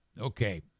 Okay